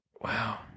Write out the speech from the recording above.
wow